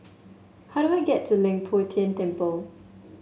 how do I get to Leng Poh Tian Temple